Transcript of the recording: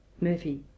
Murphy